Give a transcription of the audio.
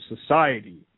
society